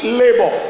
labor